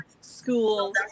school